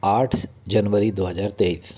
आठ जनवरी दो हजार तेईस